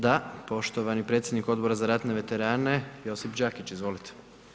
Da, poštovani predsjednik Odbora za ratne veterane Josip Đakić, izvolite.